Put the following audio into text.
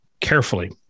carefully